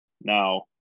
Now